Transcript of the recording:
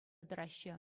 тӑраҫҫӗ